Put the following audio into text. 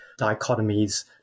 dichotomies